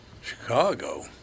Chicago